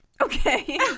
okay